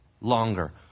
Longer